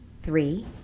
Three